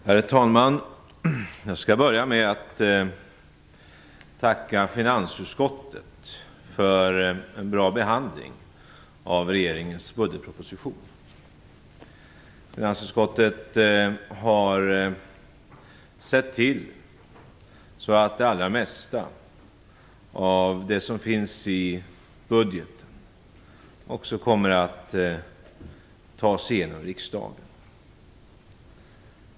Herr talman! Jag skall börja med att tacka finansutskottet för en bra behandling av regeringens budgetproposition. Finansutskottet har sett till att det allra mesta av det som finns i budgeten också kommer att tas igenom riksdagen.